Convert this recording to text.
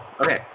Okay